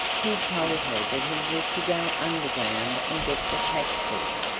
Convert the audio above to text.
he told her that he was to go underground and get the taxes.